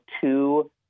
two